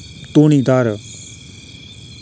धोनीधार